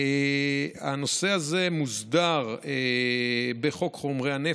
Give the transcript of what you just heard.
הנושא הזה מוסדר בחוק חומרי הנפץ,